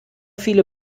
viele